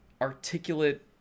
articulate